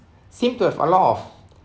seem to have a lot of